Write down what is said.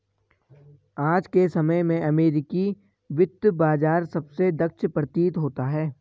आज के समय में अमेरिकी वित्त बाजार सबसे दक्ष प्रतीत होता है